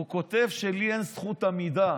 הוא כותב שלי אין זכות עמידה.